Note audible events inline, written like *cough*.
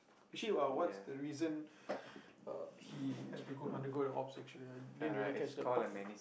actually uh what's the reason *breath* uh he had to go undergo the ops I didn't really catch that part